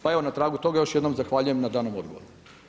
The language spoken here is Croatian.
Pa evo, na tragu toga, još jednom zahvaljujem na danom odgovoru.